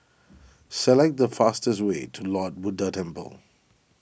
select the fastest way to Lord Buddha Temple